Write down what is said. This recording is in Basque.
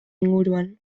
inguruan